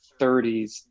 30s